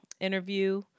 interview